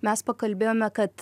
mes pakalbėjome kad